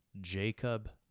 Jacob